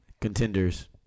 Contenders